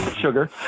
sugar